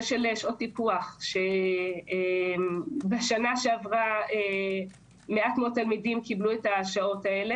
לדוגמה בשנה שעברה מעט מאוד תלמידים קיבלו שעות טיפוח.